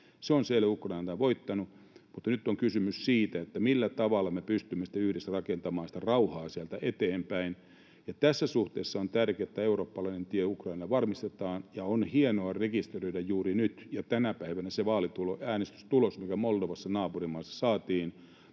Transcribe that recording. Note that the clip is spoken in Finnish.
Se on selvä, että Ukraina on tämän voittanut, mutta nyt on kysymys siitä, millä tavalla me pystymme sitten yhdessä rakentamaan rauhaa sieltä eteenpäin. Tässä suhteessa on tärkeätä, että tämä eurooppalainen tie Ukrainalle varmistetaan. On hienoa rekisteröidä juuri nyt ja tänä päivänä se äänestystulos, mikä Moldovassa, naapurimaassa, saatiin.